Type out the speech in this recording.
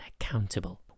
accountable